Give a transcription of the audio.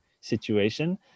situation